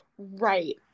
Right